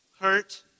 hurt